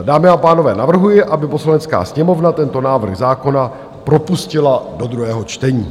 Dámy a pánové, navrhuji, aby Poslanecká sněmovna tento návrh zákona propustila do druhého čtení.